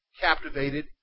captivated